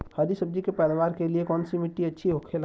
हरी सब्जी के पैदावार के लिए कौन सी मिट्टी अच्छा होखेला?